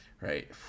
right